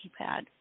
keypad